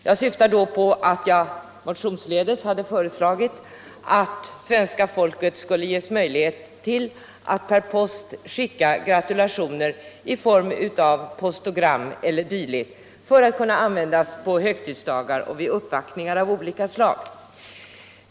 Jag syftar då på att jag motionsledes hade föreslagit att svenska folket skulle ges möjlighet att per post skicka gratulationer i form av postogram e. d. på högtidsdagar och vid andra uppvaktningar.